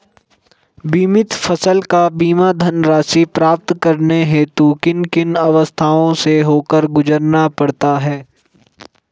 बीमित फसल का बीमा धनराशि प्राप्त करने हेतु किन किन अवस्थाओं से होकर गुजरना पड़ता है?